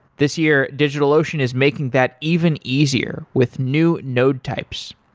this year, digitalocean is making that even easier with new node types.